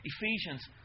Ephesians